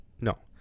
no